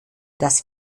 dass